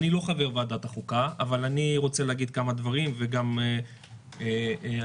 אני לא חבר ועדת החוקה אבל אני רוצה להגיד כמה דברים ואני רוצה